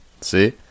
See